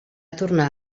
tornar